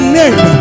name